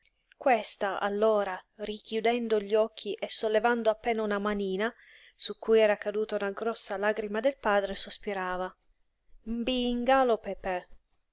questa allora richiudendo gli occhi e sollevando appena una manina su cui era caduta una grossa lagrima del padre sospirava m'bi ingalo pepè